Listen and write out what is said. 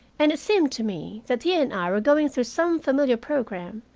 and it seemed to me that he and i were going through some familiar program,